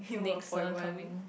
next one coming